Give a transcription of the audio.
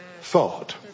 thought